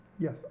Yes